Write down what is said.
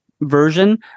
version